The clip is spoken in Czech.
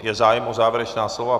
Je zájem o závěrečná slova?